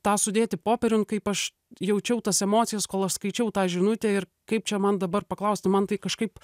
tą sudėti popieriun kaip aš jaučiau tas emocijas kol aš skaičiau tą žinutę ir kaip čia man dabar paklausti man tai kažkaip